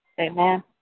Amen